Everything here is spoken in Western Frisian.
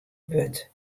wurdt